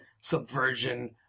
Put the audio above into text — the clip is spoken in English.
subversion